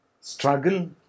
struggle